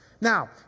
Now